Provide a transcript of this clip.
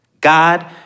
God